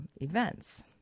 events